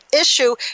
issue